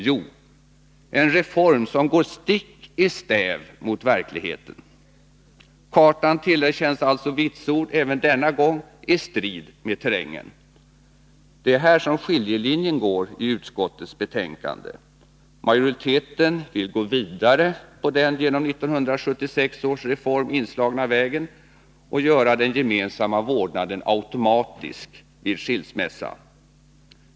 Jo, en reform som går stick i stäv mot verkligheten. Kartan tillerkänns alltså vitsord även denna gång i strid med terrängen. Det är här som skiljelinjen går i utskottets betänkande. Majoriteten vill gå vidare på den genom 1976 års reform inslagna vägen och göra den gemensamma vårdnaden automatisk vid skilsmässa.